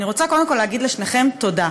אני רוצה קודם כול להגיד לשניכם תודה.